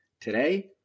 Today